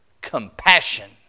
Compassion